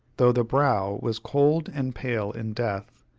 though the brow was cold and pale in death,